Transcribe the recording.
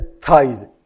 thighs